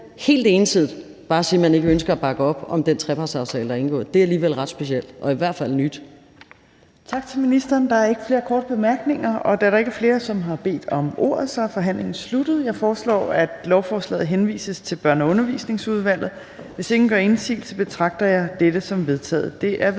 helt ensidigt – bare at sige, at man ikke ønsker at bakke op om den trepartsaftale, der er indgået. Det er alligevel ret specielt – og i hvert fald nyt.